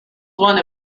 one